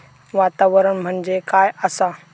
वातावरण म्हणजे काय आसा?